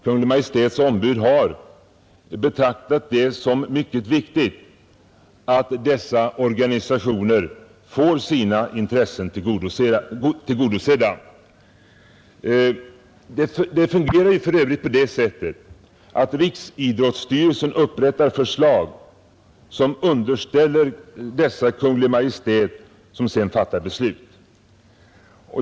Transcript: Kungl. Majts ombud har betraktat det som mycket viktigt att dessa organisationer får sina intressen tillgodosedda. Det fungerar för övrigt på det sättet att riksidrottsstyrelsen upprättar förslag och underställer dessa Kungl. Maj:t som sedan fattar beslut.